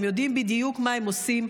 הם יודעים בדיוק מה הם עושים,